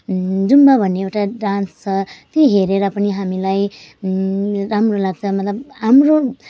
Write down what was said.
Zumba भन्ने एउटा dance छ त्यो हेरेर पनि हामीलाई राम्रो लाग्छ मतलब हाम्रो